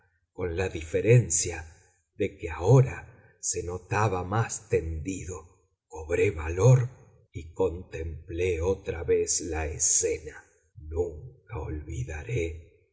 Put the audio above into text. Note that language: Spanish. con la diferencia de que ahora se notaba más tendido cobré valor y contemplé otra vez la escena nunca olvidaré